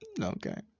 Okay